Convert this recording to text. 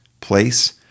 place